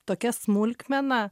tokia smulkmena